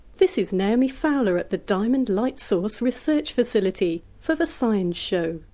this is naomi fowler at the diamond light source research facility, for the science show